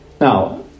Now